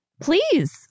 Please